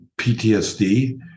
PTSD